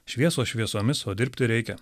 šviesos šviesomis o dirbti reikia